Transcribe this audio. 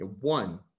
One